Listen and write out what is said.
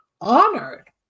honored